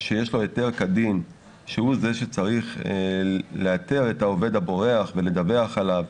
שיש לו היתר כדין שהוא זה שצריך לאתר את העובד הבורח ולדווח עליו,